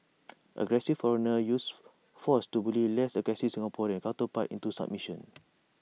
aggressive foreigner uses force to bully less aggressive Singaporean counterpart into submission